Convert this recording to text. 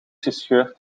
gescheurd